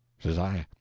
says i,